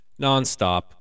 nonstop